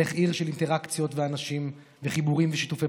על איך עיר של אינטראקציות ואנשים וחיבורים ושיתופי